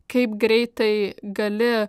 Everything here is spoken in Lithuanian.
kaip greitai gali